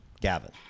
Gavin